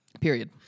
Period